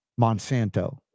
Monsanto